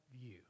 view